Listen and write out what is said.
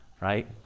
right